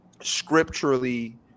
scripturally